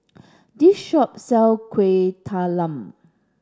this shop sell Kueh Talam